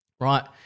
Right